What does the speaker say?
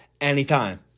anytime